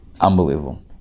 Unbelievable